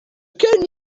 going